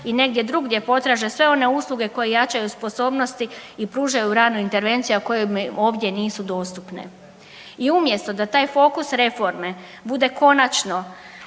i negdje drugdje potraže sve one usluge koje jačaju sposobnosti i pružaju ranu intervenciju, a koje nisu ovdje dostupne. I umjesto da taj fokus reforme bude konačno